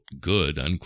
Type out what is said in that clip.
good